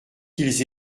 qu’ils